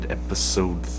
episode